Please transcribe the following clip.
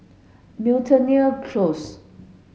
Miltonia Close